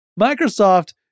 Microsoft